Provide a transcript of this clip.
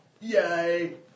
Yay